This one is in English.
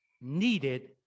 needed